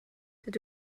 dydw